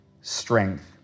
strength